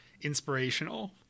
inspirational